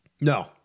No